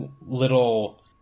little